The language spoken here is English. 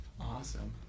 Awesome